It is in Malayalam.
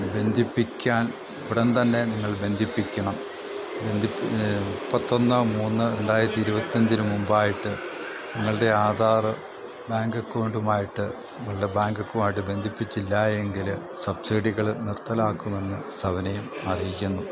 ബന്ധിപ്പിക്കാൻ ഉടൻ തന്നെ നിങ്ങൾ ബന്ധിപ്പിക്കണം മുപ്പത്തിയൊന്ന് മൂന്ന് രണ്ടായിരത്തിയിരുപത്തഞ്ചിനു മുമ്പായിട്ട് നിങ്ങളുടെ ആധാര് ബാങ്കക്കൗണ്ടുമായിട്ട് നിങ്ങളുടെ ബാങ്ക് അക്കൗണ്ടുമായിട്ട് ബന്ധിപ്പിച്ചില്ലായെങ്കില് സബ്സിഡികള് നിർത്തലാക്കുമെന്നു സവിനയം അറിയിക്കുന്നു